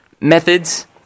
methods